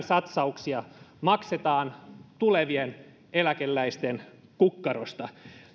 satsauksia maksetaan tulevien eläkeläisten kukkarosta